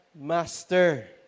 master